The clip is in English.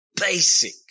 basic